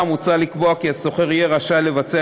במושכר: מוצע לקבוע כי השוכר יהיה רשאי לבצע